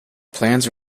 plans